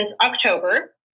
October